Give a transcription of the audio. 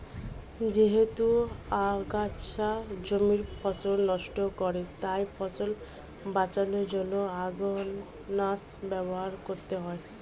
যেহেতু আগাছা জমির ফসল নষ্ট করে তাই ফসল বাঁচানোর জন্য আগাছানাশক ব্যবহার করতে হয়